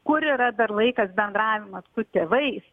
kur yra dar laikas bendravimas su tėvais